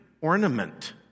ornament